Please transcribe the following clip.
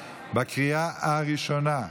לקריאה הראשונה.